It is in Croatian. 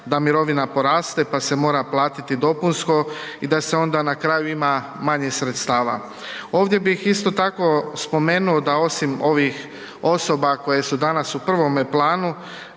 da mirovina poraste pa se mora platiti dopunsko i da se onda na kraju ima manje sredstava. Ovdje bih isto tako spomenuo da osim ovih osoba koje su danas u prvome planu